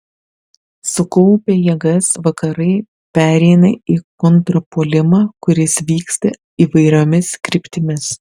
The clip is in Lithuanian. sukaupę jėgas vakarai pereina į kontrpuolimą kuris vyksta įvairiomis kryptimis